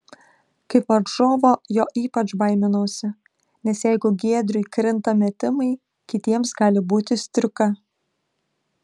kaip varžovo jo ypač baiminausi nes jeigu giedriui krinta metimai kitiems gali būti striuka